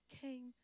came